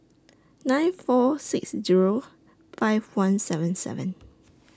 nine four six Zero five one seven seven